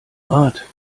rad